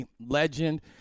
legend